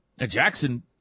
Jackson